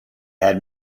had